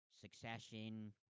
Succession